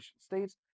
states